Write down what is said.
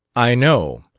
i know,